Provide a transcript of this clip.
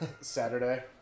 Saturday